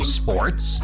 sports